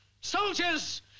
Soldiers